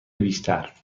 بیشتر